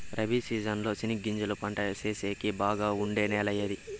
Rabi season లో చెనగగింజలు పంట సేసేకి బాగా ఉండే నెల ఏది?